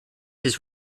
his